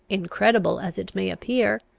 incredible as it may appear,